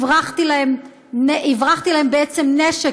הברחתי להם בעצם נשק,